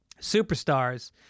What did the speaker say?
Superstars